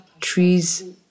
trees